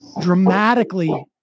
dramatically